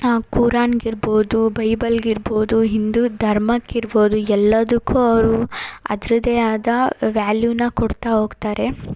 ಆ ಕುರಾನ್ಗೆ ಇರ್ಬೋದು ಬೈಬಲ್ಗೆ ಇರ್ಬೋದು ಹಿಂದು ಧರ್ಮಕ್ಕೆ ಇರ್ಬೋದು ಎಲ್ಲದಕ್ಕೂ ಅವರು ಅದರದ್ದೇ ಆದ ವ್ಯಾಲ್ಯೂನ ಕೊಡ್ತಾ ಹೋಗ್ತಾರೆ